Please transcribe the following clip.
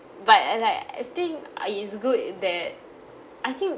but like I think uh it's good that I think